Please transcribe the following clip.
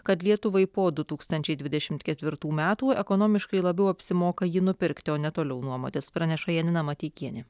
kad lietuvai po du tūkstančiai dvidešimt ketvirtų metų ekonomiškai labiau apsimoka jį nupirkti o ne toliau nuomotis praneša janina mateikienė